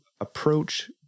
approach